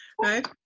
right